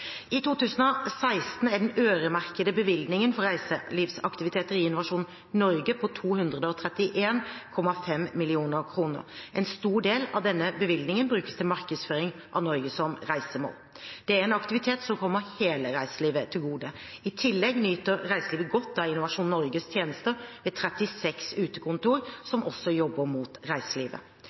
I 2016 er den øremerkede bevilgningen for reiselivsaktiviteter i Innovasjon Norge på 231,5 mill. kr. En stor del av denne bevilgningen brukes til markedsføring av Norge som reisemål. Det er en aktivitet som kommer hele reiselivet til gode. I tillegg nyter reiselivet godt av Innovasjon Norges tjenester ved 36 utekontor, som også jobber mot reiselivet.